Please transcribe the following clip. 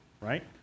Right